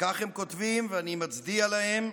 וכך הם כותבים, ואני מצדיע להם,